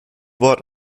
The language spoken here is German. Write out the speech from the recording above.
wort